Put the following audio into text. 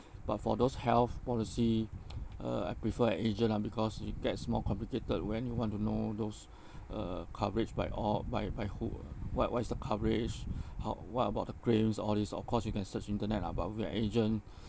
but for those health policy uh I prefer an agent lah because it gets more complicated when you want to know those uh coverage by or by by who what what is the coverage how what about the claims all these of course you can search internet lah but with an agent